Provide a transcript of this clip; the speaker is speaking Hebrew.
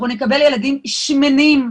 אנחנו נקבל ילדים שמנים,